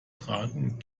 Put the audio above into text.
tragen